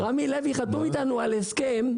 איתנו על הסכם,